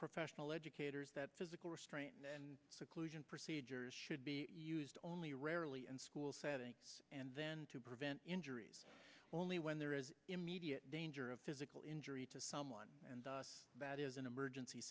professional educators that physical restraint and seclusion procedures should be used only rarely in school setting and then to prevent injuries only when there is immediate danger of physical injury to someone and about is an emergency